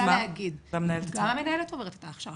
גם המנהלת עוברת את ההכשרה.